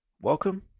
Welcome